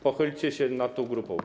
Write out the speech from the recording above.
Pochylcie się nad tą grupą.